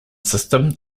system